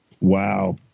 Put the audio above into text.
Wow